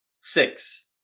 Six